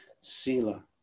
Sila